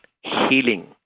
healing